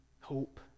hope